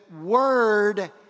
word